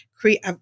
create